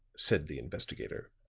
said the investigator.